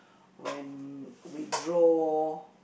when we draw